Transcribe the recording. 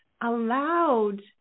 allowed